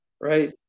right